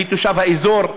אני תושב האזור,